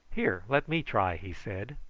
here, let me try, he said.